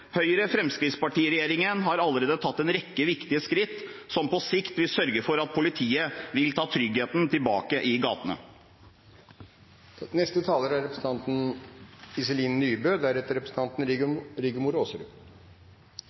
Høyre–Fremskrittsparti-regjeringen har allerede tatt en rekke viktige skritt som på sikt vil sørge for at politiet vil ta tryggheten tilbake i gatene. «Norske elever skal lære mer», sa Kongen da han leste opp trontalen. Det er